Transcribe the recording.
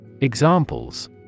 Examples